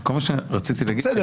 כל מה שרציתי להגיד --- בסדר,